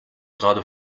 gerade